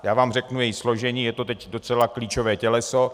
Já vám řeknu její složení, je to teď docela klíčové těleso.